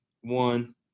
one